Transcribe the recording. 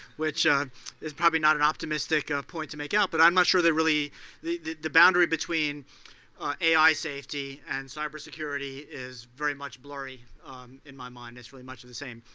which is probably not an optimistic point to make out, but i'm not sure that really the the boundary between ai safety and cybersecurity is very much blurry in my mind, it's really much of the same.